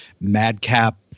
madcap